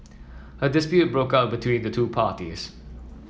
a dispute broke out between the two parties